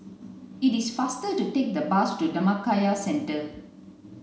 it is faster to take the bus to Dhammakaya Centre